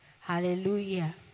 Hallelujah